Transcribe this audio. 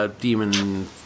demon